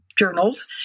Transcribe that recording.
journals